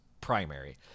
primary